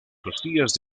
costillas